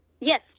Yes